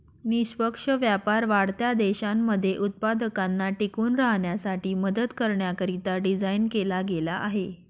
निष्पक्ष व्यापार वाढत्या देशांमध्ये उत्पादकांना टिकून राहण्यासाठी मदत करण्याकरिता डिझाईन केला गेला आहे